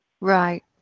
right